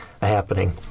happening